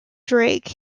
drake